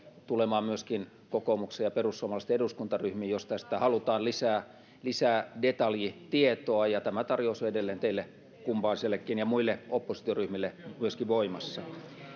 tulemaan myöskin kokoomuksen ja perussuomalaisten eduskuntaryhmiin jos tästä halutaan lisää lisää detalji tietoa ja tämä tarjous on edelleen teille kumpaisellekin ja muille oppositioryhmille myöskin voimassa